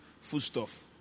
foodstuff